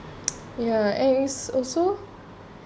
ya and it's also